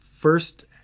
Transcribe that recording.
First